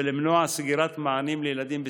ולמנוע סגירת מענים לילדים בסיכון,